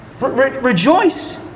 Rejoice